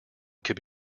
could